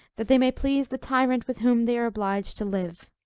that they may please the tyrant with whom they are obliged to live.